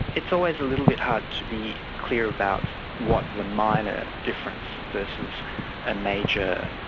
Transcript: it's always a little bit hard to be clear about what the minor difference versus a major.